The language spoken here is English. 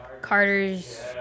Carter's